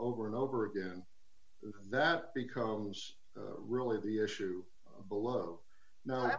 over and over again that becomes really the issue below n